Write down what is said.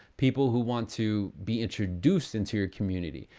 people who want to be introduced into your community.